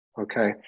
okay